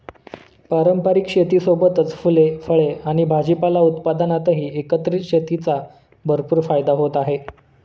पारंपारिक शेतीसोबतच फुले, फळे आणि भाजीपाला उत्पादनातही एकत्रित शेतीचा भरपूर फायदा होत आहे